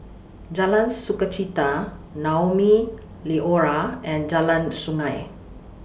Jalan Sukachita Naumi Liora and Jalan Sungei